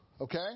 Okay